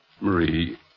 Marie